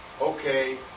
okay